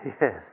yes